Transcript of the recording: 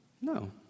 No